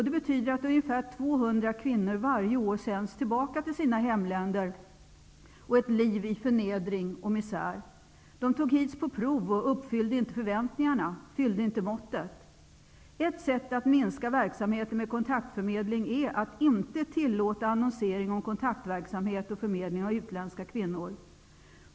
Det betyder att ca 200 kvinnor varje år sänds tillbaka till sina hemländer och till ett liv i förnedring och misär. De togs hit på prov och uppfyllde inte förväntningarna. De höll inte måttet. Ett sätt att minska verksamheten med kontaktförmedling är att inte tillåta annonsering om kontaktverksamhet och förmedling av utländska kvinnor.